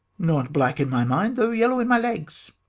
not black in my mind, though yellow in my legs.